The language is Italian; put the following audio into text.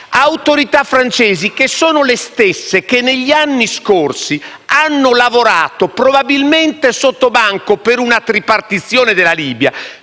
autorità francesi, che sono le stesse che negli anni scorsi hanno lavorato, probabilmente sottobanco, per una tripartizione della Libia,